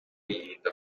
yirinda